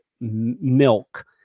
milk